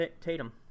Tatum